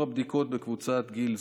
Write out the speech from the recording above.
היה לידו במחלקה בחור צעיר,